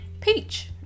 peach